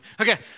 Okay